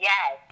Yes